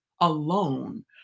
alone